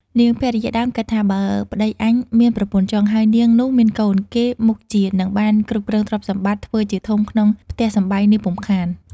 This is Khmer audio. នាងភរិយាដើមគិតថា បើប្តីអញមានប្រពន្ធចុង ហើយនាងនោះមានកូន គេមុខជានឹងបាន គ្រប់គ្រងទ្រព្យសម្បត្តិ ធ្វើជាធំក្នុងផ្ទះសម្បែងនេះពុំខាន។